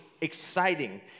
exciting